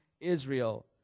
Israel